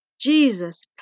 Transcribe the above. Jesus